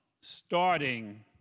starting